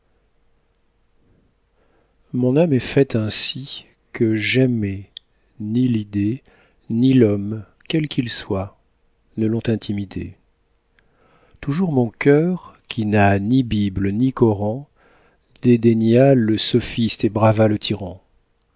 mon âme est faite ainsi que jamais ni l'idée ni l'homme quels qu'ils soient ne l'ont intimidée toujours mon cœur qui n'a ni bible ni koran dédaigna le sophiste et brava le tyran